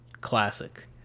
Classic